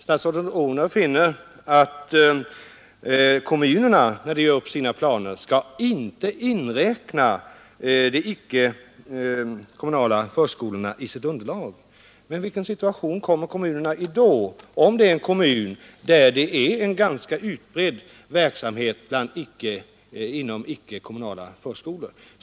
Statsrådet Odhnoff säger att kommunerna när de gör upp sina planer inte skall räkna de icke-kommunala förskolorna. Men i vilken situation kommer då en kommun där det förekommer en ganska utbredd verksamhet inom icke-kommunala förskolor?